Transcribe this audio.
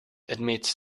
admits